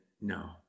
no